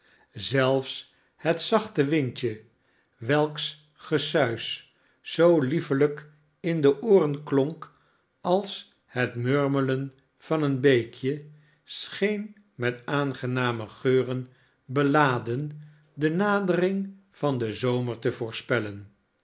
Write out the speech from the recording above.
zelfs het zachte windje welks gesuis zoo liefelijk in de ooren klonk als hetmurmelen van een beekje scheen met aangename geuren beladen de nadering van den zomer te voorspellen